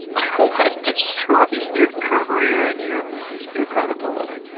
i don't want to destroy your career. and your your credibility.